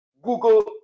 google